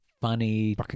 Funny